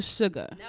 sugar